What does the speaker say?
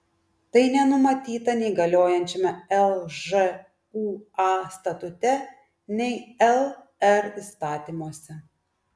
tai nenumatyta nei galiojančiame lžūa statute nei lr įstatymuose